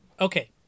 okay